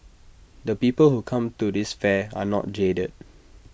the people who come to this fair are not jaded